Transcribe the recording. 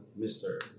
Mr